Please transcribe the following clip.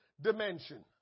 dimension